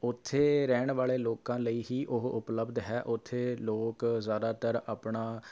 ਉੱਥੇ ਰਹਿਣ ਵਾਲੇ ਲੋਕਾਂ ਲਈ ਹੀ ਉਹ ਉਪਲਬਧ ਹੈ ਉੱਥੇ ਲੋਕ ਜ਼ਿਆਦਾਤਰ ਆਪਣਾ